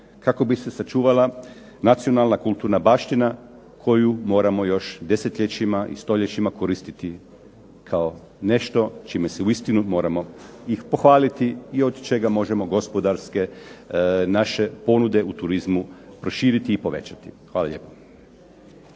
kako bi se očuvala nacionalna kulturna baština koju moramo još desetljećima i stoljećima koristiti kao nešto čime se u istinu moramo pohvaliti i od čega možemo gospodarske naše ponude u turizmu proširiti i povećati. Hvala lijepo.